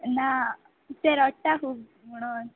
ना तें रडटा खूब म्हणून